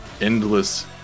endless